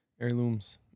heirlooms